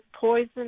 poison